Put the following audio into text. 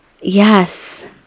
yes